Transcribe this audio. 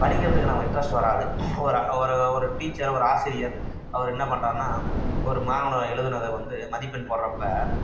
படிக்கிறதுக்கு நம்ம இன்ட்ரெஸ்ட் வராது ஒரு ஒரு ஒரு டீச்சர் ஒரு ஆசிரியர் அவர் என்ன பண்றாருன்னால் ஒரு மாணவன் எழுதுனத வந்து மதிப்பெண் போடுறப்ப